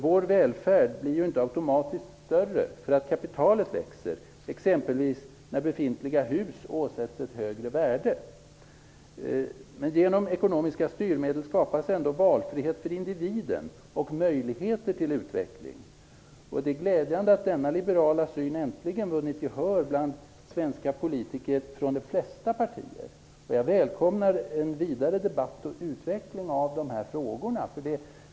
Vår välfärd blir inte automatiskt större för att kapitalet växer, exempelvis när befintliga hus åsätts ett högre värde. Men genom ekonomiska styrmedel skapas ändå valfrihet för individen och möjligheter till utveckling. Det är glädjande att denna liberala syn äntligen vunnit gehör bland svenska politiker från de flesta partier. Jag välkomnar en vidare debatt och utveckling av de här frågorna.